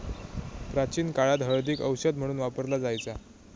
प्राचीन काळात हळदीक औषध म्हणून वापरला जायचा